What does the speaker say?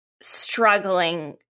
struggling